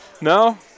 No